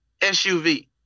SUV